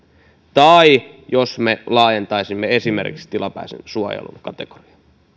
tai jos me esimerkiksi laajentaisimme tilapäisen suojelun